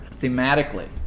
thematically